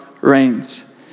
reigns